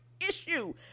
issue